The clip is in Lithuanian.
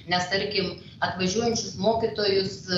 nes tarkim atvažiuojančius mokytojus